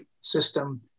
system